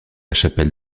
chapelle